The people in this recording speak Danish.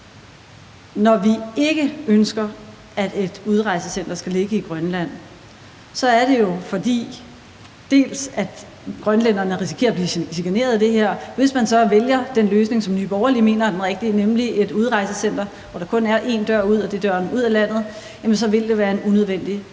Når vi ikke ønsker, at et udrejsecenter skal ligge i Grønland, så er det jo bl.a., fordi grønlændere risikerer at blive chikaneret af det her, og hvis man så vælger den løsning, som Nye Borgerlige mener er den rigtige, nemlig et udrejsecenter, hvor der kun er én dør ud, og det er døren ud af landet, så vil det være en unødvendig